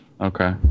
okay